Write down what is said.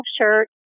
shirt